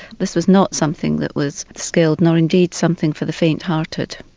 this was not something that was skilled, nor indeed something for the fainthearted.